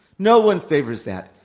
no one favors that.